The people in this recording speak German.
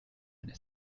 eine